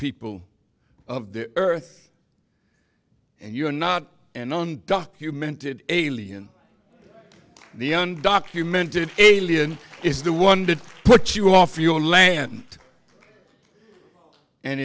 people of the earth and you are not an undocumented alien the undocumented alien is the one to put you off your land and